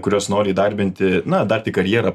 kurios nori įdarbinti na dar tik karjerą